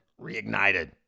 Reignited